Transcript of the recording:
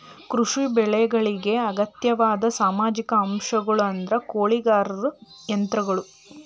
ಕೃಷಿ ಬೆಳೆಗಳಿಗೆ ಅಗತ್ಯವಾದ ಸಾಮಾಜಿಕ ಅಂಶಗಳು ಅಂದ್ರ ಕೂಲಿಕಾರರು ಯಂತ್ರಗಳು